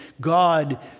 God